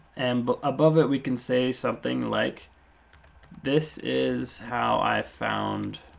and but above it, we can say something like this is how i found